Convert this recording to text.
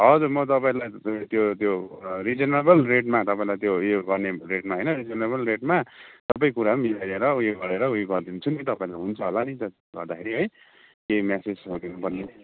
हजुर म तपाईँलाई त्यो त्यो रिजनेबल रेटमा तपाईँलाई त्यो उयो गर्ने रेटमा होइन रिजनेबल रेटमा सबै कुरा मिलाएर उयो गरेर उयो गरिदिन्छु नि त तपाईँलाई हुन्छ होला नि त गर्दाखेरि है केही मेसेजहरू भन्नुहोस्